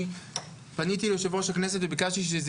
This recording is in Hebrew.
אני פניתי ליושב ראש הכנסת וביקשתי שזה